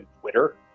Twitter